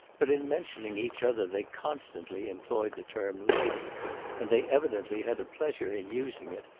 but in mentioning each other they constantly employed the term lady and they evidently had a pleasure in using it,